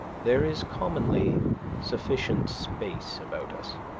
there is commonly sufficient space about us.